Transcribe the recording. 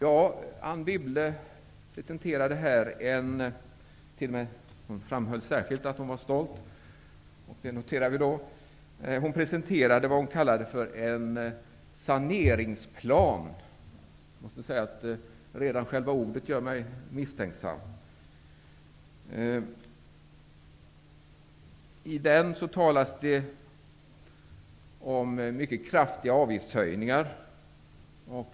Anne Wibble presenterade här under en timme -- hon framhöll särskilt att hon var stolt, vilket vi noterar -- vad hon kallade för en saneringsplan. Jag måste säga att bara själva ordet gör mig misstänksam. I den planen talas det om mycket kraftiga avgiftshöjningar.